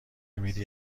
میدی